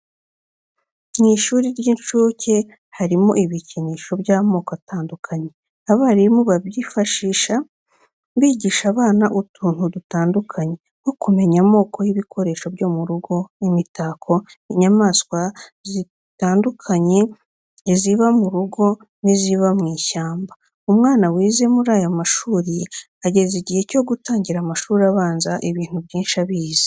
Mu ishuri ry'incuke harimo ibikinisho by'amoko atandukanye, abarimu babyifashisha bigisha abana utuntu dutandukanye, nko kumenya amoko y'ibikoresho byo mu rugo, imitako, inyamaswa zitandukanye iziba mu rugo n'iziba mu ishyamba. Umwana wize muri aya mashuri agera igihe cyo gutangira amashuri abanza ibintu byinshi abizi.